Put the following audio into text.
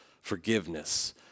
forgiveness